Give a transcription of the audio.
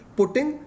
putting